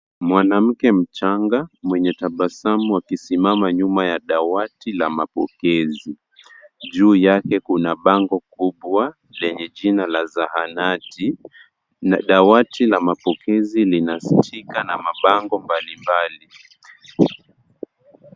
Mwanamke mchanga mwenye tabasamu akisimama nyuma ya dawati la mapokezi. Juu yake kuna bango kubwa lenye jina la zahanati na dawati la mapokezi lina stika na mabango mbalimbali.